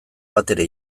batere